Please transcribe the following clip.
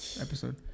Episode